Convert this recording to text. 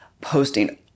posting